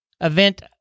event